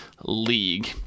League